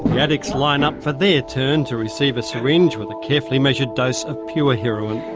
addicts line up for their turn to receive a syringe with a carefully measured dose of pure heroin.